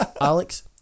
Alex